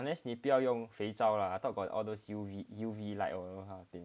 unless 你不要用肥皂 lah I thought got all those you U_V light all those kind of thing